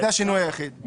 זה השינוי היחיד.